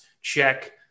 check